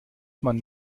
man